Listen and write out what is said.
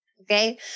okay